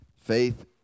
Faith